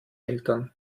eltern